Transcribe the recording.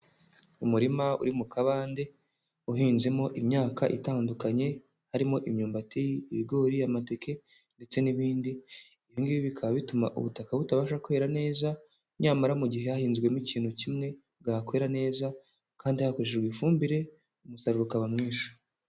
Umurima uri mu kabande, uhinzemo imyaka itandukanye, harimo imyumbati, ibigori, amateke, ndetse n'ibindi. Ibingibi bikaba bituma ubutaka butabasha kwera neza, nyamara mu gihe hahinzwemo ikintu kimwe bwakwera neza, kandi hakoreshejwe ifumbire umusaruro ukaba mwinshi.